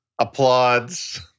applauds